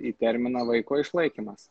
į terminą vaiko išlaikymas